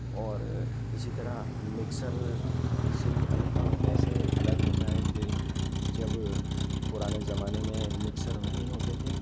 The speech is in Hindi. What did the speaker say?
और इसी तरह मिक्सर से भी अनुभव ऐसे अलग होता है के जब पुराने जमाने में मिक्सर नहीं होते थे